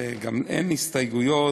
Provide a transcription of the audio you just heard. וגם אין ההסתייגות,